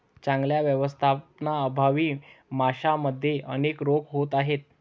चांगल्या व्यवस्थापनाअभावी माशांमध्ये अनेक रोग होत आहेत